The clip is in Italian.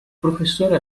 professore